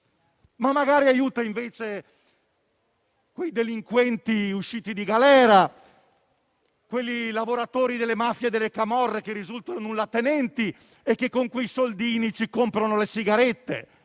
Ma magari aiuta invece i delinquenti usciti di galera, i lavoratori delle mafie e delle camorre, che risultano nullatenenti e che con quei soldini ci comprano le sigarette,